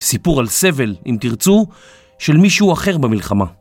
סיפור על סבל, אם תרצו, של מישהו אחר במלחמה.